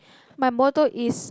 my motto is